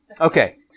Okay